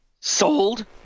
sold